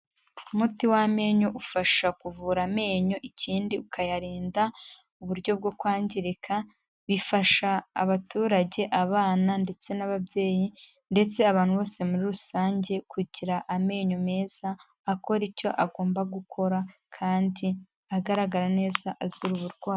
Umuti w'amenyo ufasha kuvura amenyo, ikindi ukayarinda uburyo bwo kwangirika, bifasha abaturage, abana, ndetse n'ababyeyi, ndetse abantu bose muri rusange kugira amenyo meza akora icyo agomba gukora kandi agaragara neza azira uburwayi.